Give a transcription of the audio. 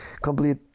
complete